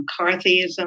McCarthyism